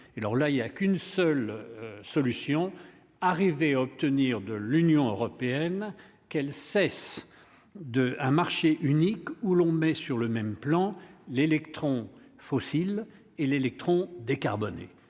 et alors là, il y a qu'une seule solution : arriver à obtenir de l'Union européenne, qu'elle cesse de un marché unique où l'on met sur le même plan l'électron fossiles et l'électron décarbonnées